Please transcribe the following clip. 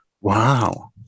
Wow